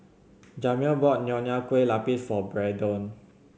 Jamir bought Nonya Kueh Lapis for Braedon